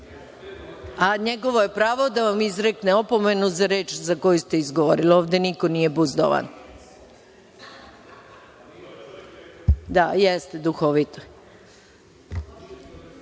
Njegovo je pravo da vam izrekne opomenu za reč za koju ste izgovorili. Ovde niko nije buzdovan.(Nataša Sp.